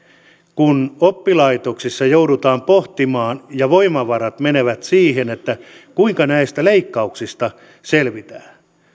kun oppilaitoksissa joudutaan pohtimaan ja voimavarat menevät siihen kuinka näistä leikkauksista selvitään